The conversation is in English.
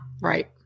Right